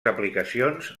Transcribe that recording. aplicacions